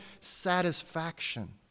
satisfaction